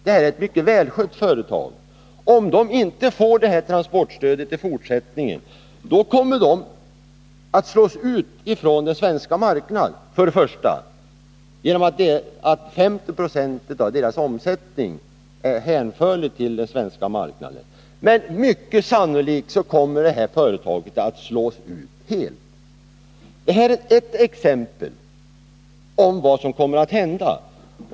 Det är ett mycket välskött företag. Om företaget inte får transportstöd i fortsättningen kommer det först och främst att slås ut från den svenska marknaden, eftersom 50 96 av omsättningen hänför sig till den marknaden. Men mycket sannolikt är att företaget kommer att slås ut helt. Det är ett exempel på vad som kommer att hända.